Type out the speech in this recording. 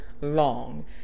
long